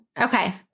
Okay